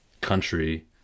country